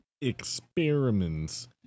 experiments